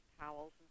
towels